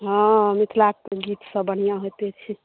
हॅं मिथिलाके गीत सभ बढ़िऑं होइते छै